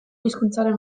hizkuntzaren